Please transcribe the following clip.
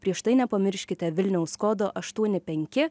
prieš tai nepamirškite vilniaus kodo aštuoni penki